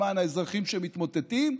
למען האזרחים שמתמוטטים.